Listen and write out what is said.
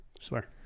Swear